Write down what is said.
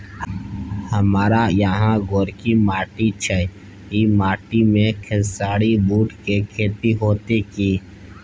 हमारा यहाँ गोरकी माटी छै ई माटी में खेसारी, बूट के खेती हौते की?